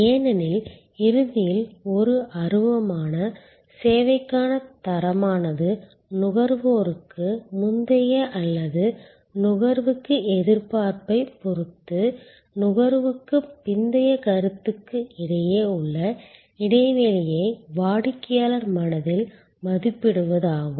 ஏனெனில் இறுதியில் ஒரு அருவமான சேவைக்கான தரமானது நுகர்வுக்கு முந்தைய அல்லது நுகர்வு எதிர்பார்ப்பைப் பொறுத்து நுகர்வுக்குப் பிந்தைய கருத்துக்கு இடையே உள்ள இடைவெளியை வாடிக்கையாளர் மனதில் மதிப்பிடுவதாகும்